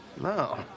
No